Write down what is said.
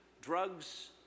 drugs